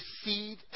seed